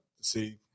see